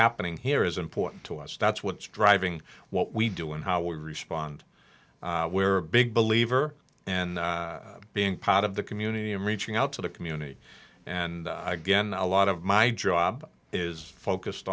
happening here is important to us that's what's driving what we do and how we respond we're a big believer in being part of the community and reaching out to the community and again a lot of my job is focused